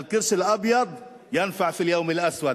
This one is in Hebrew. "אל-קרש אל-אבּיצ' ינפע פי אל-יום אל-אסווד"